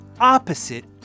opposite